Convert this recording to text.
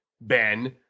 ben